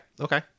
Okay